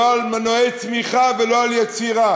לא על מנועי צמיחה ולא על יצירה.